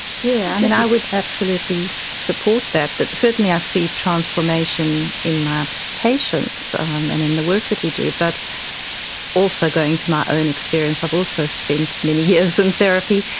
yeah and i would absolutely support that, that certainly i see transformation in my patients um and in the work that we do, but also going to my own experience i've also spent many years in therapy,